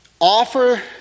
offer